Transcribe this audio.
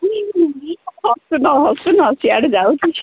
ହସୁନ ହସୁନ ସିଆଡ଼େ ଯାଉଛି